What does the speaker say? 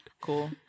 cool